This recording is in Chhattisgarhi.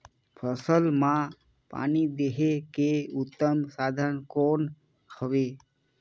फसल मां पानी देहे के उत्तम साधन कौन हवे?